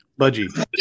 budgie